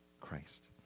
Christ